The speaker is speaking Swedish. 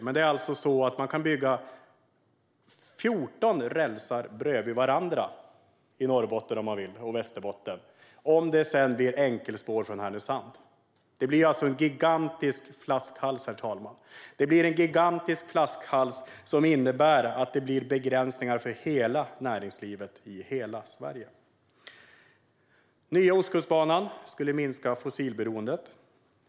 Man kan alltså bygga 14 rälsar bredvid varandra i Norrbotten och Västerbotten om man vill, om det sedan blir enkelspår från Härnösand. Det blir alltså en gigantisk flaskhals, herr talman, som innebär att det blir begränsningar för hela näringslivet i hela Sverige. Nya Ostkustbanan skulle minska fossilberoendet.